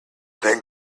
then